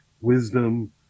wisdom